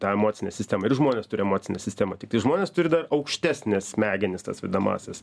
tą emocinę sistemą ir žmonės turi emocinę sistemą tiktai žmonės turi dar aukštesnes smegenis tas vadinamąsias